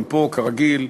גם פה, כרגיל,